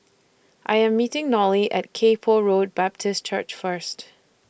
I Am meeting Nolie At Kay Poh Road Baptist Church First